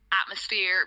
atmosphere